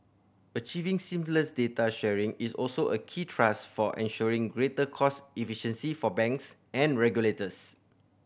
achieving seamless data sharing is also a key thrust for ensuring greater cost efficiency for banks and regulators